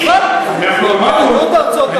עם יהדות ארצות-הברית.